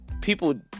people